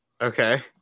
Okay